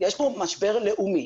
משבר לאומי.